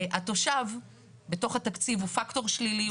התושב בתוך התקציב הוא פקטור שלילי,